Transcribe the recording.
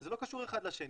זה לא קשור אחד לשני.